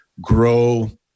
grow